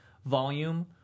volume